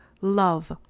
love